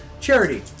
Charity